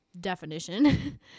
definition